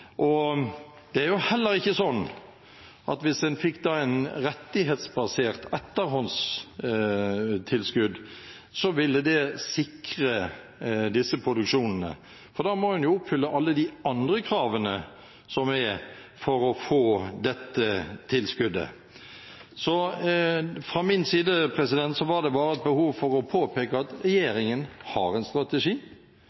Da må en jo oppfylle alle de andre kravene som er, for å få dette tilskuddet. Fra min side var dette bare et behov for å påpeke at